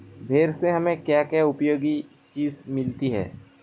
भेड़ से हमें क्या क्या उपयोगी चीजें मिलती हैं?